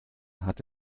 hat